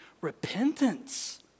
Repentance